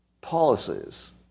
policies